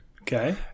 Okay